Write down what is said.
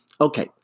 Okay